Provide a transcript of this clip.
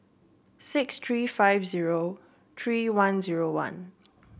six three five zero three one zero one